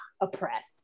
oppressed